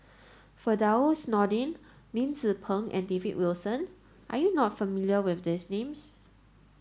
Firdaus Nordin Lim Tze Peng and David Wilson are you not familiar with these names